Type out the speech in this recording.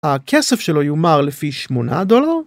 ‫הכסף שלו יומר לפי שמונה דולר.